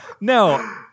No